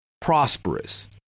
prosperous